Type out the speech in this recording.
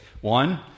One